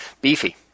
Beefy